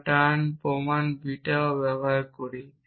বা আমরা টার্ন প্রমাণ বিটাও ব্যবহার করি